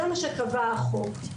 זה מה שקבע החוק.